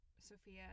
Sophia